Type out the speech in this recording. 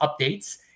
updates